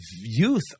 youth